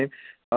ആ